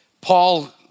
Paul